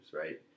right